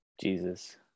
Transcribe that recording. Jesus